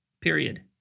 period